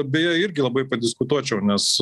beje irgi labai padiskutuočiau nes